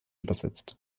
übersetzt